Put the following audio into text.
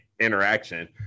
interaction